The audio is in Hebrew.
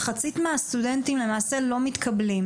מחצית מהסטודנטים למעשה לא מתקבלים,